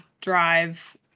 drive